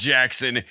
Jackson